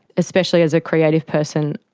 especially as a creative person.